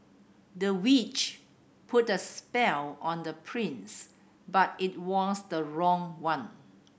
the witch put a spell on the prince but it was the wrong one